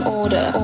order